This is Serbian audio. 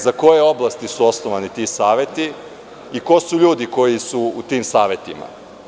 Za koje oblasti su osnovani ti saveti i ko su ljudi koji su u tim savetima?